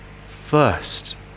first